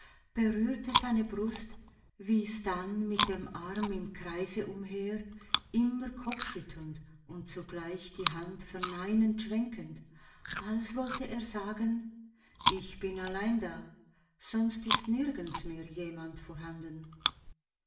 berührte seine brust wies dann mit dem arm im kreise umher immer kopfschüttelnd und zugleich die hand verneinend schwenkend als wollte er sagen ich bin allein da sonst ist nirgends mehr jemand vorhanden